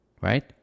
right